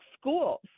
schools